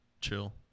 chill